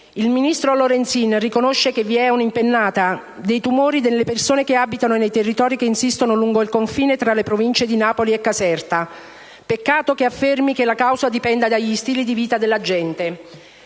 Il ministro Lorenzin riconosce che vi è un'impennata dei tumori nelle persone che abitano nei territori che insistono lungo il confine tra le province di Napoli e Caserta, peccato che affermi che la causa dipenda dagli stili di vita della gente.